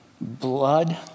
blood